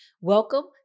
welcome